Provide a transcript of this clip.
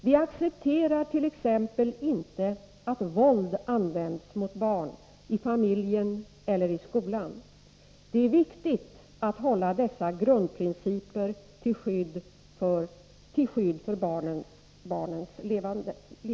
Vi accepterar t.ex. inte att våld används mot barn, i familjen eller i skolan. Det är viktigt att hålla dessa grundprinciper till skydd för barnen levande.